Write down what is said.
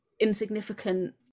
insignificant